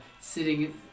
sitting